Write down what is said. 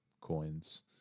coins